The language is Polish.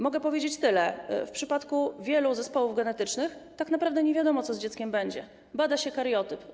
Mogę powiedzieć tyle: w przypadku wielu zespołów genetycznych tak naprawdę nie wiadomo, co będzie z dzieckiem, bada się kariotyp.